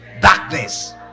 darkness